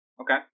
Okay